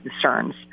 concerns